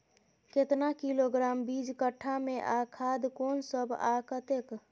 केतना किलोग्राम बीज कट्ठा मे आ खाद कोन सब आ कतेक?